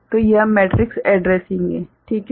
तो यह matrix addressing है ठीक है